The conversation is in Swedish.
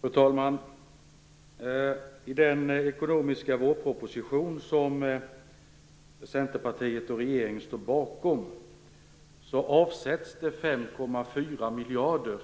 Fru talman! I den ekonomiska vårproposition som miljarder